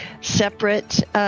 separate